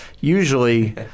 Usually